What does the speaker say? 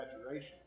exaggeration